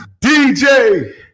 DJ